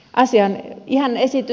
esitys on ihan ok